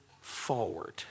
forward